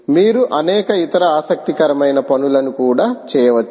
మీరు అనేక ఇతర ఆసక్తికరమైన పనులను కూడా చేయవచ్చు